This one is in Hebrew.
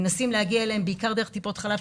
מנסים להגיע אליהם בעיקר דרך טיפות חלב,